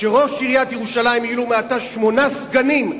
וראש עיריית ירושלים יהיו לו מעתה שמונה סגנים,